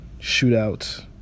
shootouts